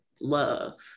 love